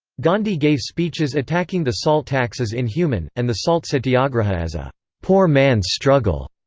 gandhi gave speeches attacking the salt tax as inhuman, and the salt satyagraha as a poor man's struggle.